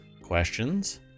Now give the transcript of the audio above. questions